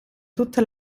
tutta